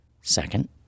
Second